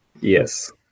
Yes